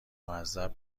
معذب